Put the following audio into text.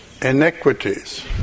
Iniquities